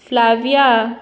Flavia